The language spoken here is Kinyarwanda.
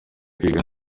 kwiga